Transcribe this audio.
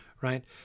right